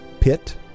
pit